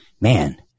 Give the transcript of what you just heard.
man